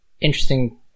interesting